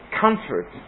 Comfort